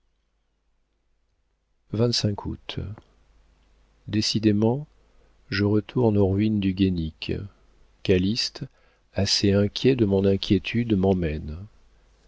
décidément je retourne aux ruines du guénic calyste assez inquiet de mon inquiétude m'emmène